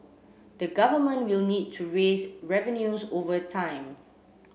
the government will need to raise revenues over time